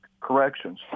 corrections